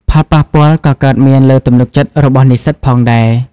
ផលប៉ះពាល់ក៏កើតមានលើ ទំនុកចិត្តរបស់និស្សិត ផងដែរ។